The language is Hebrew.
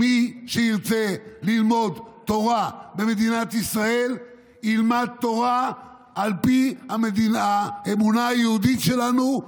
מי שירצה ללמוד תורה במדינת ישראל ילמד תורה על פי האמונה היהודית שלנו,